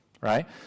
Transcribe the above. Right